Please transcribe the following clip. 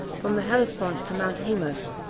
from the hellespont to mount haemus,